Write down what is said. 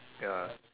ya